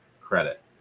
credit